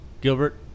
Gilbert